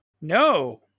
No